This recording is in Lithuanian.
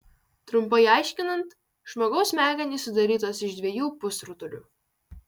trumpai aiškinant žmogaus smegenys sudarytos iš dviejų pusrutulių